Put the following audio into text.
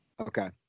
Okay